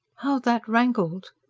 how that rankled!